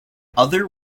other